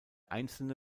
einzelne